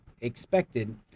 expected